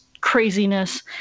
craziness